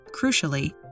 crucially